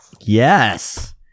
Yes